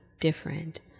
different